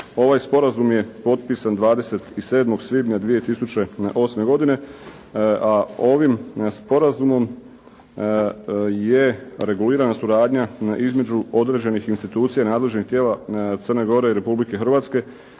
Ovaj Sporazum je potpisan 27. svibnja 2008. godine, a ovim Sporazumom je regulirana suradnja između određenih institucija nadležnih tijela Crne Gore i Republike Hrvatske